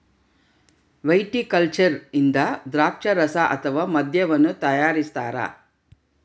viticulture ಇಂದ ದ್ರಾಕ್ಷಾರಸ ಅಥವಾ ಮದ್ಯವನ್ನು ತಯಾರಿಸ್ತಾರ